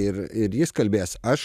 ir ir jis kalbės aš